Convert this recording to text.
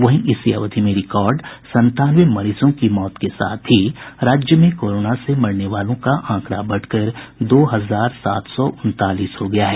वहीं इसी अवधि में रिकॉर्ड सन्तानवे मरीजों की मौत के साथ ही राज्य में कोरोना से मरने वालों का आंकड़ा बढ़कर दो हजार सात सौ उनतालीस हो गया है